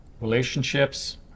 relationships